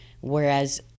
Whereas